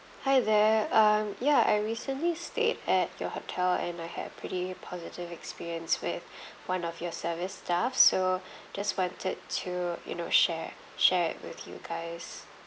hi there um ya I recently stayed at your hotel and I had a pretty positive experience with one of your service staff so just wanted to you know share share with you guys